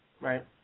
right